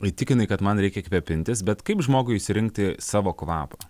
įtikinai kad man reikia kvėpintis bet kaip žmogui išsirinkti savo kvapą